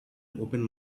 open